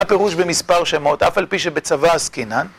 מה הפירוש במספר שמות, אף על פי שבצבא עסקינן, אה?